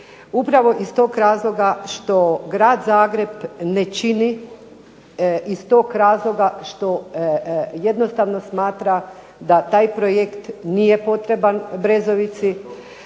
upravo iz tog razloga što Grad Zagreb ne čini iz tog razloga što jednostavno smatra da taj projekt nije potreban Brezovici.